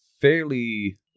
fairly